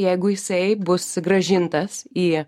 jeigu jisai bus grąžintas į